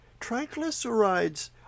triglycerides